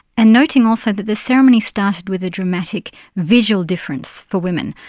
and noting also that the ceremony started with a dramatic visual difference for women,